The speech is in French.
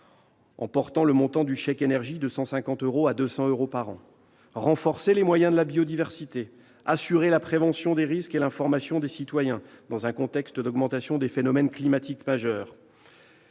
en portant le montant du chèque énergie de 150 euros à 200 euros par an. Il s'agit aussi de renforcer les moyens de la biodiversité, d'assurer la prévention des risques et l'information des citoyens, dans un contexte d'augmentation des phénomènes climatiques majeurs.